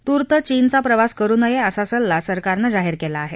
तूर्त चीनचा प्रवास करू नये असा सल्ला सरकारनं जाहीर केला आहे